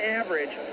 average